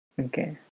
okay